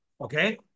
okay